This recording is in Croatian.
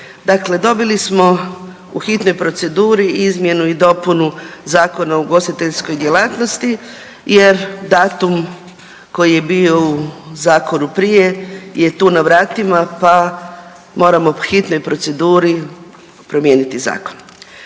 dobili smo u hitnoj proceduri izmjenu i dopunu Zakona o ugostiteljskoj djelatnosti jer datum koji je bio u zakonu prije je tu na vratima, pa moramo u hitnoj proceduri promijeniti zakon.